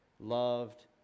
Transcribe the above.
loved